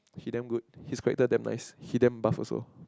he damn good he's character damn nice he damn buff also